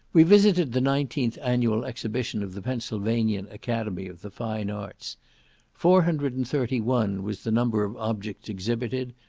we visited the nineteenth annual exhibition of the pennsylvanian academy of the fine arts four hundred and thirty one was the number of objects exhibited,